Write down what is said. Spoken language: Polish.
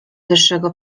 wyższego